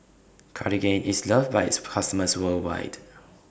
Cartigain IS loved By its customers worldwide